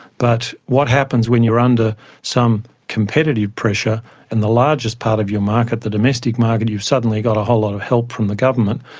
but what happens when you're under some competitive pressure and the largest part of your market, the domestic market, you've suddenly got a whole lot of help from the government,